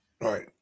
Right